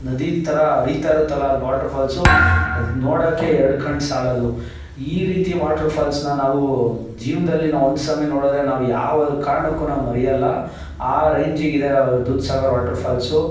ನದಿ ಥರ ಹರಿತಾ ಇರುತ್ತಲ್ಲ ಅದು ವಾಟ್ರುಫಾಲ್ಸು ಅದನ್ನ ನೋಡಕ್ಕೆ ಎರಡು ಕಣ್ಣು ಸಾಲದು ಈ ರೀತಿ ವಾಟ್ರ್ಫಾಲ್ಸನ್ನ ನಾವು ಜೀವನ್ದಲ್ಲಿ ನಾವು ಒಂದು ಸಮಯ ನೋಡಿದ್ರೆ ನಾವು ಯಾವ ಕಾರಣಕ್ಕೂ ನಾವು ಮರೆಯೋಲ್ಲ ಆ ರೇಂಜಿಗಿದೆ ದೂದ್ ಸಾಗರ್ ವಾಟ್ರ್ಫಾಲ್ಸು